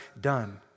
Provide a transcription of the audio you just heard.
done